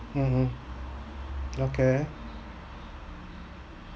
mmhmm okay